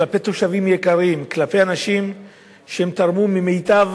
כלפי תושבים יקרים, כלפי אנשים שתרמו ממיטב